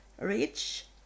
rich